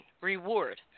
reward